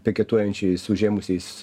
piketuojančiais užėmusiais